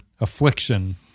Affliction